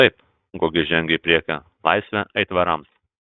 taip gugis žengė į priekį laisvę aitvarams